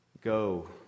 go